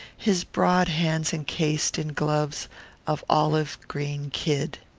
his broad hands encased in gloves of olive-green kid.